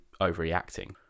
overreacting